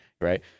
right